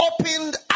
opened